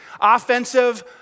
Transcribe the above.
offensive